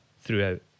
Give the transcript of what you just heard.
throughout